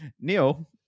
Neil